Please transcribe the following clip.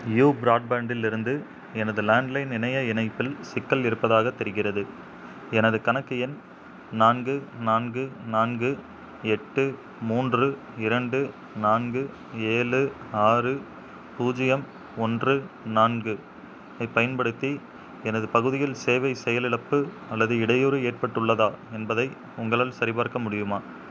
you பிராட்பேண்டில் இருந்து எனது லேண்ட்லைன் இணைய இணைப்பில் சிக்கல் இருப்பதாகத் தெரிகிறது எனது கணக்கு எண் நான்கு நான்கு நான்கு எட்டு மூன்று இரண்டு நான்கு ஏழு ஆறு பூஜ்ஜியம் ஒன்று நான்கு ஐப் பயன்படுத்தி எனது பகுதியில் சேவை செயலிழப்பு அல்லது இடையூறு ஏற்பட்டுள்ளதா என்பதை உங்களால் சரிப்பார்க்க முடியுமா